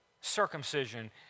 circumcision